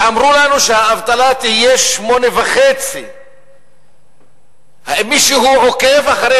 ואמרו לנו שהאבטלה תהיה 8.5%. האם מישהו עוקב אחרי